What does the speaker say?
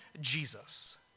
Jesus